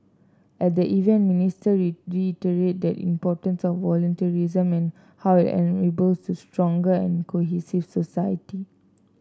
at the event Minister reiterated the importance of volunteerism and how it enables a stronger and cohesive society